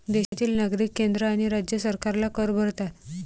देशातील नागरिक केंद्र आणि राज्य सरकारला कर भरतात